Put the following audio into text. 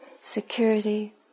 security